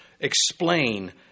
explain